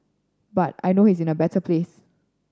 but I know he is in a better place